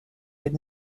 did